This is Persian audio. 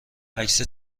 عکس